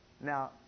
Now